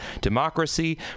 democracy